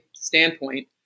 standpoint